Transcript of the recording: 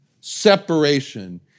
Separation